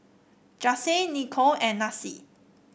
Jase Niko and Nasir